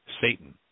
Satan